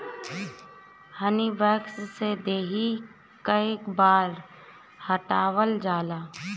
हनी wax से देहि कअ बाल हटावल जाला